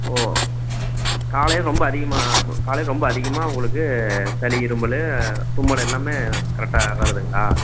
ஓ காலையில் ரொம்ப அதிகமாக காலையில் ரொம்ப அதிகமாக உங்களுக்கு சளி இருமல் தும்மல் எல்லாமே கரெக்டா வருதுங்களா